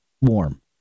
warm